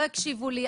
לא הקשיבו לי,